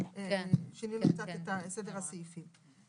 שינינו קצת את סדר הסעיפים.